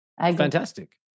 Fantastic